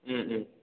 उम उम